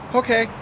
okay